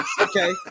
Okay